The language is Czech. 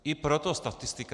I proto statistika.